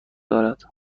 دارد